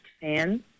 fans